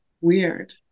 weird